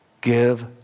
give